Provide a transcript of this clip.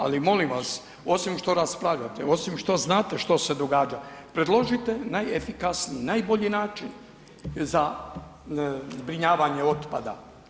Ali molim vas, osim što raspravljate, osim što znate što se događa, predložite najefikasniji, najbolji način za zbrinjavanje otpada.